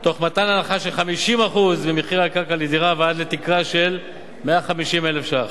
במתן הנחה של 50% ממחיר הקרקע לדירה עד לתקרה של 150,000 שקלים.